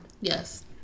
Yes